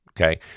okay